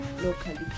locally